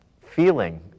feeling